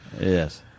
Yes